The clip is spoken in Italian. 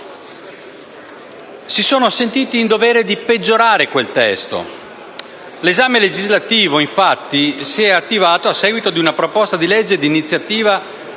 si sono sentiti in dovere di peggiorare quel testo. L'esame legislativo, infatti, si è attivato a seguito di una proposta di legge d'iniziativa